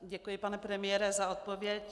Děkuji, pane premiére, za odpověď.